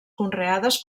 conreades